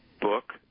book